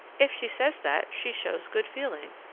if she says that, she shows good feeling,